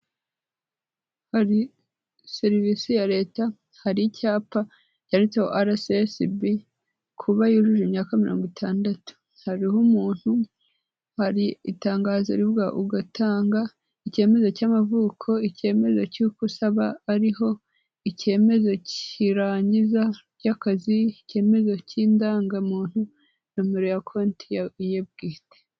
Hari serivisi ya leta, hari icyapa cyanditseho RSSB kuba yujuje imyaka mirongwitandatu, hariho umuntu, hari itangazo rivuga ugatanga ikemezo cy'amavuko, ikemezo cy'uko usaba ariho, ikemezo cy'irangiza ry'akazi, ikemezo cy'indangamuntu, nomero ya konti ye bwite.